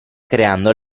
creando